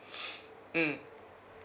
mm